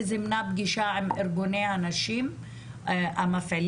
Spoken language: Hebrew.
וזימנה פגישה עם ארגוני הנשים המפעילים,